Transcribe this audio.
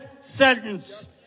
sentence